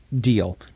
deal